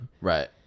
Right